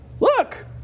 look